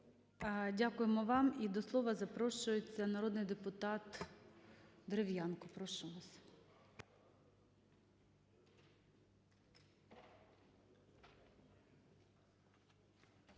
Дякуємо вам. І до слова запрошується народний депутат Дерев'янко. Прошу вас.